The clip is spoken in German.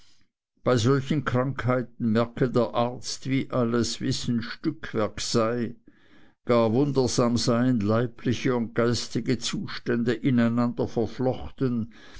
bei solchen krankheiten merke der arzt wie alles wissen stückwerk sei gar wundersam seien leibliche und geistige zustände in einander verflochten